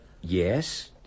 yes